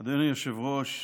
סעדי, לדבר על דבר